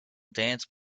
dance